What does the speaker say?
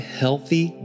healthy